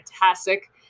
fantastic